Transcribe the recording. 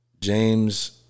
James